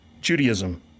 Judaism